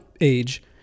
age